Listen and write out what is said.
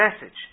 message